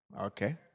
Okay